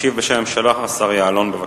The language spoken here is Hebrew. ישיב בשם הממשלה השר יעלון, בבקשה.